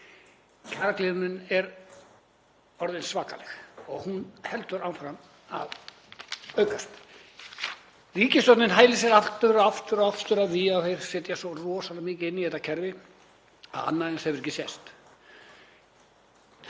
Kjaragliðnunin er orðin svakaleg og hún heldur áfram að aukast. Ríkisstjórnin hælir sér aftur og aftur af því að hún setji svo rosalega mikið inn í þetta kerfi að annað eins hafi ekki sést.